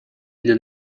для